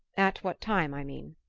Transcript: at what time, i mean?